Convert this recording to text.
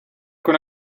con